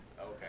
Okay